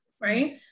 right